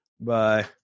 bye